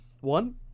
One